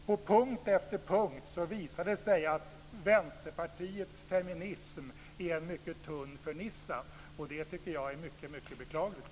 På punkt efter punkt visar det sig att Vänsterpartiets feminism är en mycket tunn fernissa, och det tycker jag är mycket, mycket beklagligt.